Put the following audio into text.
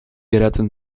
geratzen